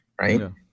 right